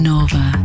Nova